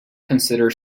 consider